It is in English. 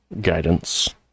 guidance